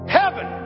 heaven